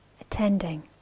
attending